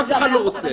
אף אחד לא רוצה.